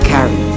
Carry